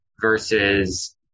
versus